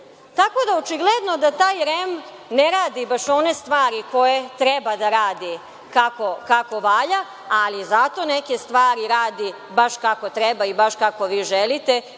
da očigledno da taj REM ne radi baš one stvari koje treba da radi kako valja ali zato neke stvari radi baš kako treba i baš kako vi želite